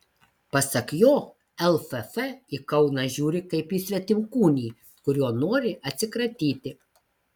pasak jo lff į kauną žiūri kaip į svetimkūnį kuriuo nori atsikratyti